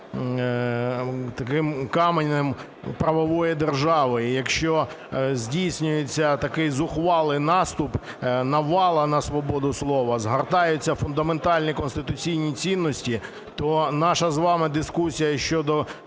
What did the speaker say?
таким каменем правової держави. І якщо здійснюється такий зухвалий наступ, навала на свободу слова, згортаються фундаментальні конституційні цінності, то наша з вами дискусія щодо